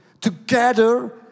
Together